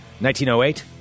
1908